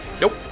Nope